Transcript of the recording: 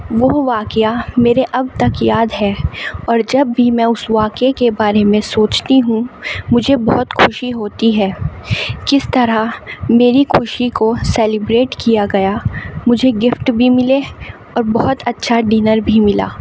وہ واقعہ میرے اب تک یاد ہے اور جب بھی میں اُس واقعے کے بارے میں سوچتی ہوں مجھے بہت خوشی ہوتی ہے کس طرح میری خوشی کو سیلیبریٹ کیا گیا مجھے گفٹ بھی ملے اور بہت اچھا ڈنر بھی ملا